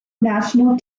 national